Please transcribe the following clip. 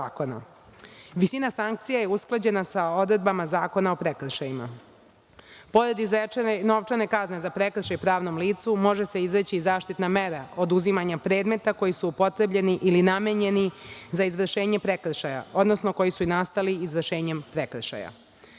Visina sankcija je usklađena sa odredbama Zakona o prekršajima. Pored izrečene novčane kazne za prekršaj pravnom licu, može se izreći i zaštitna mera oduzimanja predmeta koji su upotrebljeni ili namenjeni za izvršenje prekršaja, odnosno koji su nastali izvršenjem prekršaja. Poštovani